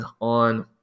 on